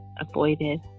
avoided